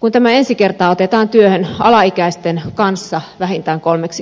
kun tämä ensi kertaa otetaan työhön alaikäisten kanssa vähintään kolmeksi kuukaudeksi